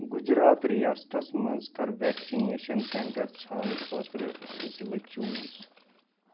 گُجرات ریاستس مَنٛز کر ویکسِنیشن سینٛٹر ژھانہٕ خٲطرٕ ضلعہٕ چوٗز